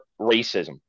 racism